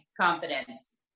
confidence